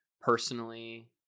personally